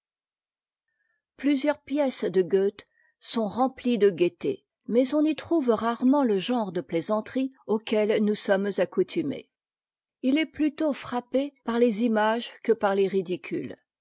plusieurs pièces de goethe sont remplies de gaieté mais on y trouve rarement le genre de plaisanterie auquel nous sommes accoutumés il est plutôt frappé par les images que par les ridicules